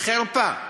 חרפה.